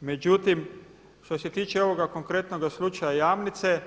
Međutim što se tiče ovoga konkretnog slučaja Jamnice